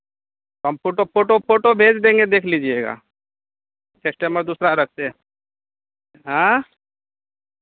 हम photo photo photo भेज देंगे देख लीजिएगा कस्टमर दूसरा रखते हैं हाँ